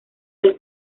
del